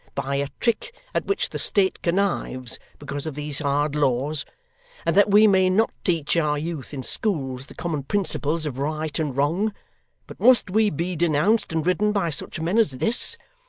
by a trick at which the state connives because of these hard laws and that we may not teach our youth in schools the common principles of right and wrong but must we be denounced and ridden by such men as this!